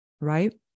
right